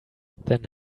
then